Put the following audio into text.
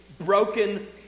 broken